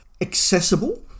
accessible